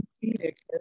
Phoenix